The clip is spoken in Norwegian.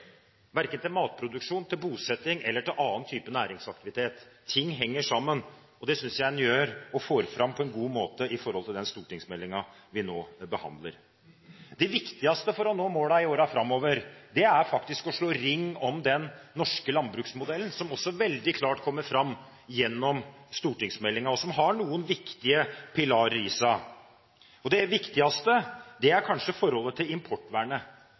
verken til matproduksjon, til bosetting eller til annen type næringsaktivitet. Ting henger sammen, og det synes jeg en får fram på en god måte i den stortingsmeldingen vi nå behandler. Det viktigste for å nå målene i årene framover er å slå ring om den norske landbruksmodellen, som veldig klart kommer fram gjennom stortingsmeldingen, og som har noen viktige pilarer i seg. Det viktigste er kanskje forholdet til importvernet,